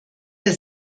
der